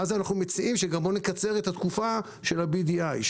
ואז עוד מציעים: בואו נקצר את התקופה של ה-BDI.